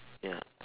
ya